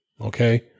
okay